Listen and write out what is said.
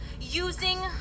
using